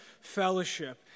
fellowship